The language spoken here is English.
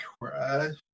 Crash